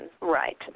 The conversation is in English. Right